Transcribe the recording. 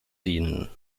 dienen